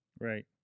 Right